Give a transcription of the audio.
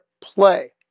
play